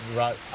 right